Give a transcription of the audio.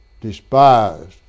Despised